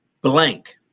blank